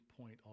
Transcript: point